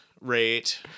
rate